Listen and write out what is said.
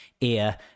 ear